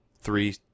three